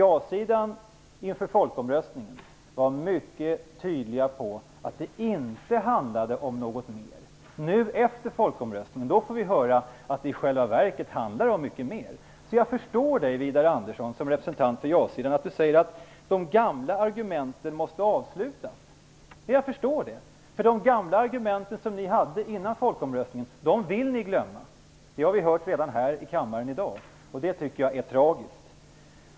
Jasidan angav inför folkomröstningen mycket tydligt att det inte handlade om något mer. Nu efter folkomröstningen får vi höra att det i själva verket handlade om mycket mer. Jag förstår därför att Widar Andersson som representant för ja-sidan säger att de gamla argumenten måste avslutas. Jag förstår det - ni vill glömma de argument som ni hade före folkomröstningen; det har vi hört redan i dag här i kammaren. Det tycker jag är tragiskt.